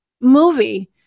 movie